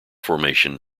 formation